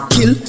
Kill